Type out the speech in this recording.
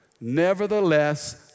nevertheless